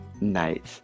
night